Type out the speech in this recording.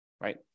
Right